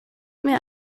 mir